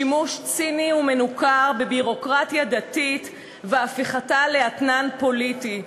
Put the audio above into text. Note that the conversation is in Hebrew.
שימוש ציני ומנוכר בביורוקרטיה דתית והפיכתה לאתנן פוליטי,